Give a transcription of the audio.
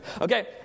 okay